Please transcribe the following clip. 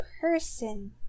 person